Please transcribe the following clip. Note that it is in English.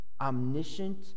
omniscient